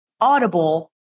audible